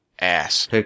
ass